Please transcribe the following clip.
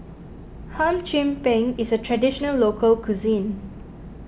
Hum Chim Peng is a Traditional Local Cuisine